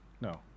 No